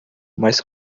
mas